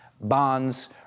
bonds